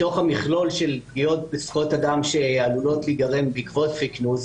מתוך המכלול של פגיעות בזכויות אדם שעלולות להיגרם בעקבות "פייק ניוז",